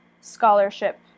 scholarship